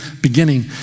beginning